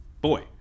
boy